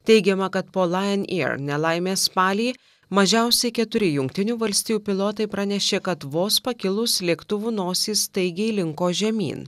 teigiama kad po lajon eir nelaimės spalį mažiausiai keturi jungtinių valstijų pilotai pranešė kad vos pakilus lėktuvui nosis staigiai linko žemyn